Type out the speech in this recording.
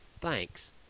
Thanks